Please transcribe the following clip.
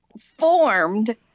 formed